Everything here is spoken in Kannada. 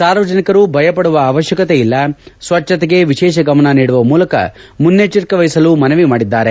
ಸಾರ್ವಜನಿಕರು ಭಯಪಡುವ ಅವಶ್ಯಕತೆಯಿಲ್ಲ ಸ್ವಜ್ಞತೆಗೆ ವಿಶೇಷ ಗಮನ ನೀಡುವ ಮೂಲಕ ಮುನ್ನೆಜ್ಞರಿಕೆ ವಹಿಸಲು ಮನವಿ ಮಾಡಿದ್ದಾರೆ